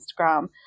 Instagram